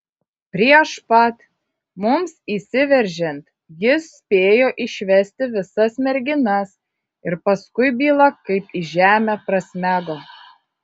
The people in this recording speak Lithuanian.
prieš pat mums įsiveržiant jis spėjo išvesti visas merginas ir paskui byla kaip į žemę prasmego